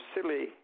silly